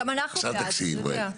תקשיב רגע.